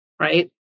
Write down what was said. right